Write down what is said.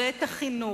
ואת החינוך,